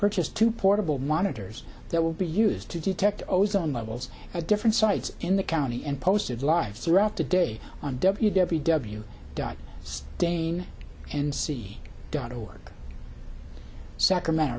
purchased two portable monitors that will be used to detect ozone levels at different sites in the county and posted lives throughout the day on w w w dot stain and see dot org sacramento